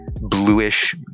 Bluish